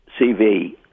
CV